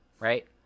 right